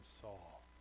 Saul